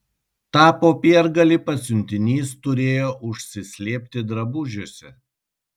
tą popiergalį pasiuntinys turėjo užsislėpti drabužiuose